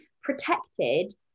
protected